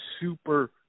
super